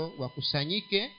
wakusanyike